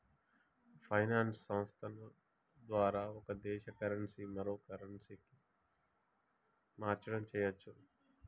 finance సంస్థల ద్వారా ఒక దేశ కరెన్సీ మరో కరెన్సీకి మార్చడం చెయ్యచ్చు